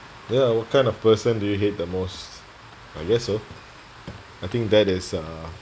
ya what kind of person do you hate the most I guess so I think that is uh